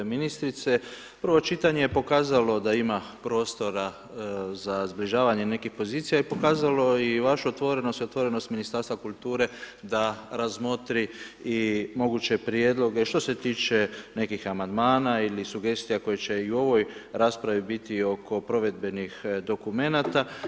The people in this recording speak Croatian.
Ministrice, prvo čitanje je pokazalo da ima prostora za zbližavanje nekih pozicija i pokazalo je i vašu otvorenost i otvorenost Ministarstva kulture da razmotri i moguće prijedloge što se tiče nekih amandmana ili sugestija koje će i u ovoj raspraviti biti oko provedbenih dokumenata.